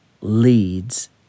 leads